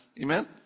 Amen